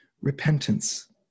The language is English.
repentance